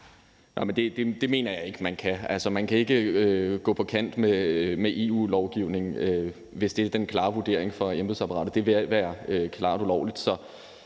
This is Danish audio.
det mener jeg ikke man kan. Altså, man kan ikke komme på kant med EU-lovgivningen, hvis det er den klare vurdering fra embedsapparatet. Det ville være klart ulovligt.